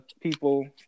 people